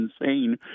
insane